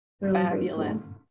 fabulous